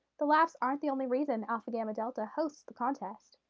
the laughs aren't the only reason alpha gamma delta hosts the contest.